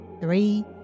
Three